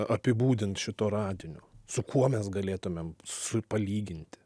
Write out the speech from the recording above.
apibūdint šito radinio su kuo mes galėtumėm su palyginti